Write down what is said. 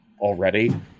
already